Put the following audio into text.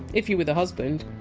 if you were the husband.